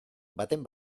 baten